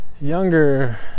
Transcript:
younger